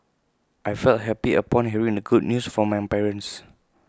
I felt happy upon hearing the good news from my parents